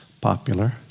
popular